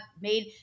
made